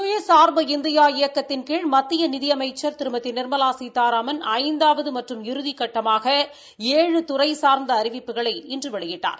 சுயசா்பு இந்தியா இயக்கத்தின் கீழ மத்திய நிதி அமைச்சா் திருமதி நிாமலா சீதாராமன் ஐந்தாவது மற்றும் இறுதி கட்டமாக ஏழு துறை சார்ந்த அறிவிப்புகளை இன்று வெளியிட்டார்